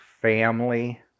family